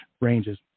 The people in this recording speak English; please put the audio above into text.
ranges